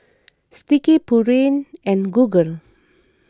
Sticky Pureen and Google